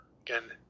Again